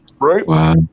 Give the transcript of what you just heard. Right